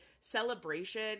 celebration